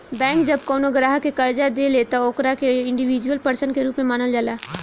bank जब कवनो ग्राहक के कर्जा देले त ओकरा के इंडिविजुअल पर्सन के रूप में मानल जाला